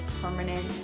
permanent